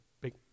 big